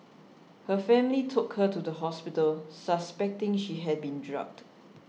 her family took her to the hospital suspecting she had been drugged